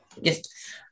yes